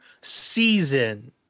season